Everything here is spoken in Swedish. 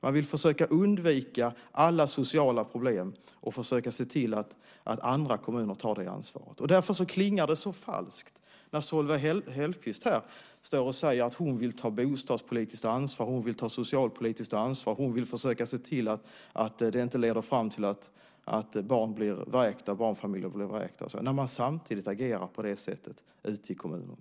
Man vill försöka undvika alla sociala problem och försöka se till att andra kommuner tar det ansvaret. Därför klingar det så falskt när Solveig Hellquist här står och säger att hon vill ta bostadspolitiskt och socialpolitiskt ansvar, att hon vill försöka se till att det inte leder fram till att barnfamiljer blir vräkta, när man samtidigt agerar på det sättet ute i kommuner.